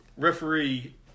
referee